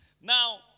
now